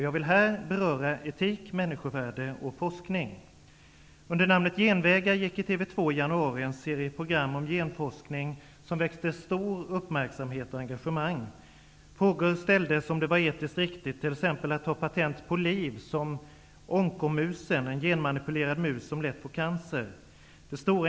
Jag vill här beröra etik, människovärde och forskning. Under namnet ''Genvägar'' gick i TV 2 i januari en serie program om genforskning som väckte stor uppmärksamhet och stort engagemang. Frågor ställdes om det var etiskt riktigt t.ex. att ta patent på liv, som onkomusen, en genmanipulerad mus som lätt får cancer.